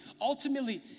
Ultimately